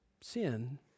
sin